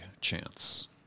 chance